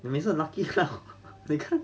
你每次很 lucky liao 你看